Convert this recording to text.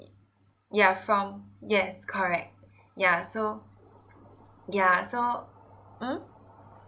yeah from yes correct yeah so yeah so mm